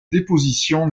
déposition